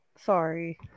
sorry